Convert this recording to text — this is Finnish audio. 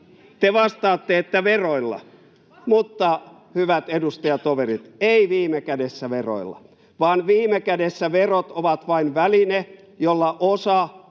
Te vastaatte, että veroilla. Mutta, hyvät edustajatoverit, ei viime kädessä veroilla, vaan viime kädessä verot ovat vain väline, jolla osa